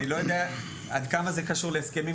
אני לא יודע עד כמה זה קשור להסכמים